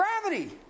gravity